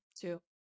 two